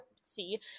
see